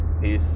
peace